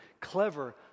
clever